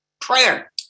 prayer